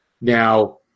Now